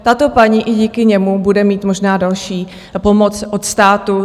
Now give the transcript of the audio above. Tato paní i díky němu bude mít možná další pomoc od státu.